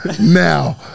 now